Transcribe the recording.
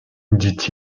dit